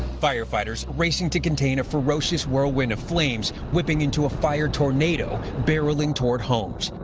firefighters racing to contain a ferocious whirlwind of flames. whipping into a fire tornado barrelling towards homes.